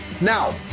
Now